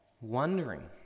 wondering